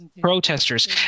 protesters